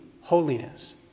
holiness